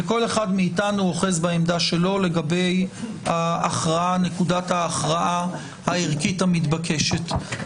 כל אחד מאתנו אוחז בעמדתו לגבי נקודת ההכרעה הערכית המתבקשת.